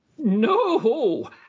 No